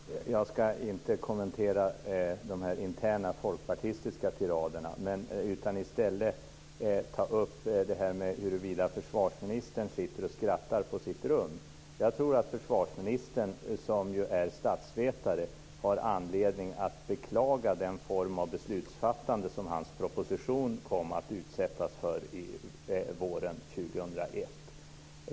Fru talman! Jag ska inte kommentera de interna folkpartistiska tiraderna utan i stället ta upp huruvida försvarsministern sitter och skrattar på sitt rum. Jag tror att försvarsministern, som ju är statsvetare, har anledning att beklaga den form av beslutsfattande som hans proposition kom att utsättas för våren 2001.